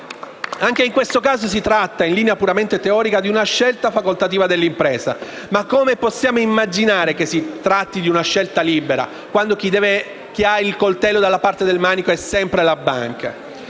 Anche in questo caso si tratta, in linea puramente teorica, di una scelta facoltativa dell'impresa, ma come possiamo immaginare che si tratti di una scelta libera quando chi ha il coltello dalla parte del manico è sempre la banca?